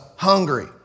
Hungry